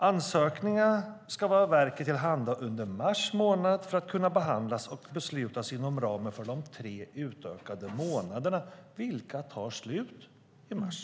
Ansökningar ska vara verket till handa under mars månad för att kunna behandlas och beslutas inom ramen för de tre utökade månaderna, vilka tar slut i mars.